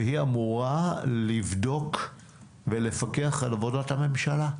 והיא אמורה לבדוק ולפקח על עבודת הממשלה.